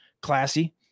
classy